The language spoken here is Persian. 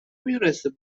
میدونسته